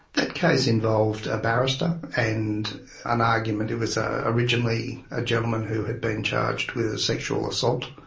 that case involved a barrister and an argument it was ah originally a gentleman who had been charged with a sexual assault,